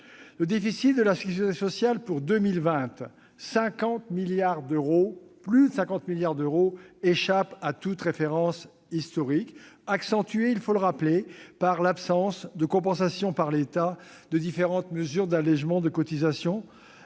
Le déficit de la sécurité sociale pour 2020- plus de 50 milliards d'euros - échappe à toute référence historique. Il est accentué, rappelons-le, par l'absence de compensation, par l'État, des différentes mesures d'allégement de cotisations,